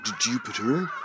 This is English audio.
Jupiter